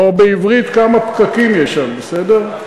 או בעברית: כמה פקקים יש שם, בסדר?